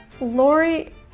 lori